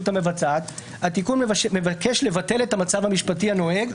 המבצעת התיקון מבקש לבטל את המצב המשפטי הנוהג,